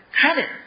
credit